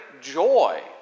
joy